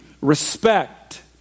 respect